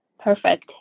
Perfect